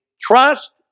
trust